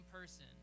person